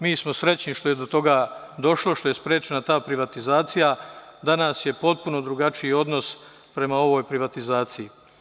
Mi smo srećni što je do toga došlo, što je sprečena ta privatizacija, danas je potpuno drugačiji odnos prema ovoj privatizaciji.